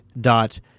dot